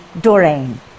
Doreen